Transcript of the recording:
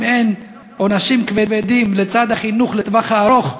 אם אין עונשים כבדים לצד חינוך לטווח הארוך,